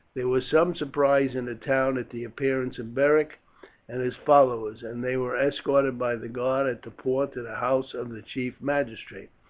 there was some surprise in the town at the appearance of beric and his followers, and they were escorted by the guard at the port to the house of the chief magistrate.